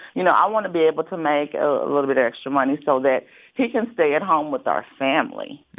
you know, i want to be able to make a little bit of extra money so that he can stay at home with our family